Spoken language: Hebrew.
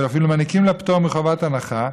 ואפילו מעניקים לה פטור מחובת הנחה.